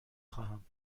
خواهم